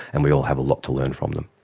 and we all have a lot to learn from them.